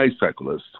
bicyclists